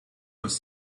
was